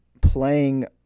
playing